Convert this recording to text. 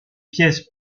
pièces